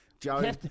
Joe